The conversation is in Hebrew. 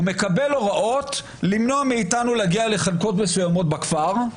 הוא מקבל הוראות למנוע מאתנו להגיע לחלקות מסוימות בכפר,